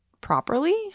properly